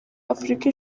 afurika